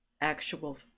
actual